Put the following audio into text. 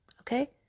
okay